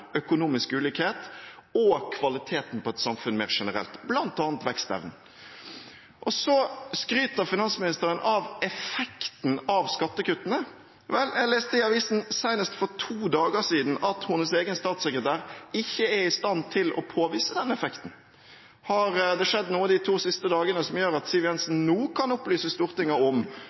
økonomisk ulikhet og kvaliteten på et samfunn mer generelt, bl.a. vekstevnen. Så skryter finansministeren av effekten av skattekuttene. Vel, jeg leste i avisen senest for to dager siden at hennes egen statssekretær ikke er i stand til å påvise den effekten. Har det skjedd noe de to siste dagene som gjør at Siv Jensen nå kan opplyse Stortinget om